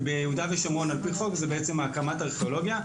ביהודה ושומרון על פי חוק זה קמ"ט ארכיאולוגיה.